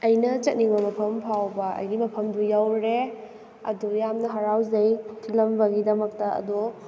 ꯑꯩꯅ ꯆꯠꯅꯤꯡꯕ ꯃꯐꯝ ꯐꯥꯎꯕ ꯑꯩꯒꯤ ꯃꯐꯝꯗꯨ ꯌꯧꯔꯦ ꯑꯗꯣ ꯌꯥꯝꯅ ꯍꯔꯥꯎꯖꯩ ꯊꯤꯜꯂꯝꯕꯒꯤꯗꯃꯛꯇ ꯑꯗꯣ